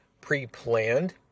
pre-planned